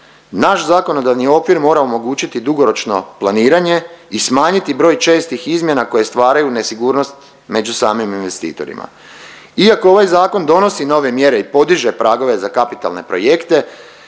Naš zakonodavni okvir mora omogućiti dugoročno planiranje i smanjiti broj čestih izmjena koje stvaraju nesigurnost među samim investitorima. Iako ovaj zakon donosi nove mjere i podiže pragove za kapitalne projekte